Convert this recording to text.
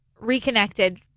reconnected